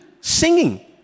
singing